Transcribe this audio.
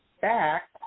Back